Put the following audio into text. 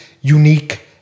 unique